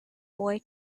boy